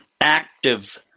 active